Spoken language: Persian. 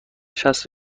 شصت